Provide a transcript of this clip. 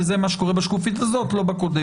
וזה מה שקורה בשקופית הזו לא בקודמת.